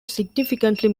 significantly